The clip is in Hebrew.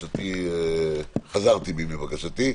חזרתי בי מבקשתי.